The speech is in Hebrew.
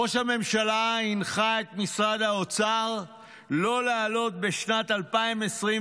ראש הממשלה הנחה את משרד האוצר לא להעלות מיסים בשנת 2024,